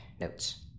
notes